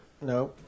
no